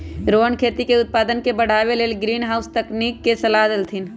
रोहन खेती के उत्पादन के बढ़ावे के लेल ग्रीनहाउस तकनिक के सलाह देलथिन